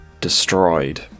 destroyed